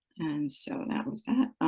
and so that was that.